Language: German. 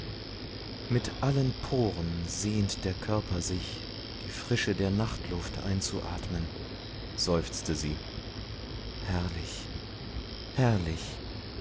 mit allen poren sehnt der körper sich die frische der nachtluft einzuatmen seufzte sie herrlich herrlich